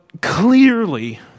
clearly